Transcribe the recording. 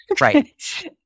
Right